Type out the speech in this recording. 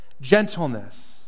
gentleness